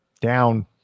down